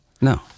No